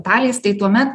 dalys tai tuomet